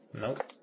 Nope